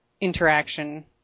interaction